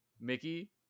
Mickey